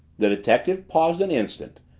the detective paused an instant,